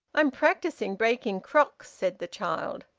i'm practising breaking crocks, said the child.